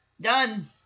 done